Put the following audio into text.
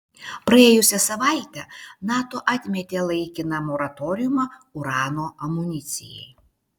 praėjusią savaitę nato atmetė laikiną moratoriumą urano amunicijai